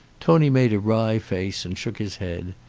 tony made a wry face and shook his head.